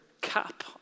cap